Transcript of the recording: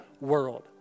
world